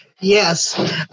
Yes